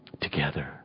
together